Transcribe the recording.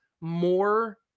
more